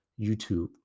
YouTube